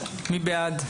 מי בעד?